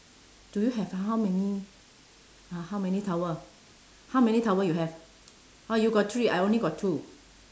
do you have how many uh how many towel how many towel you have orh you got three I only got two